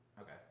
Okay